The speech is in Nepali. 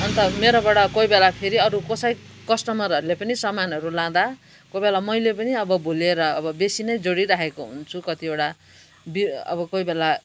अन्त मेरोबाट कोही बेला फेरि अरू कसै कस्टमरहरूले पनि सामानहरू लाँदा कोही बेला मैले पनि अब भुलेर अब बेसी नै जोडी राखेको हुन्छु कतिवटा बि अब कोही बेला